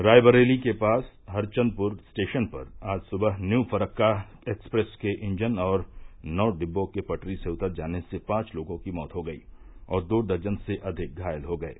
रायबरेली के पास हरचंदपुर स्टेशन पर आज सुबह न्यू फरक्का एक्सप्रेस के इंजन और नौ डिब्बों के पटरी से उतर जाने से पांच लोगों की मौत हो गई और दो दर्जन से अधिक घायल हो गये